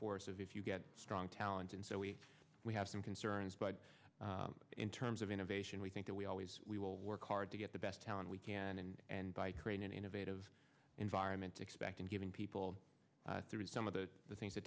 force of if you get strong talent and so we we have some concerns but in terms of innovation we think that we always we will work hard to get the best talent we can and and by creating an innovative environment to expect and giving people through some of the the things that